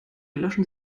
löschen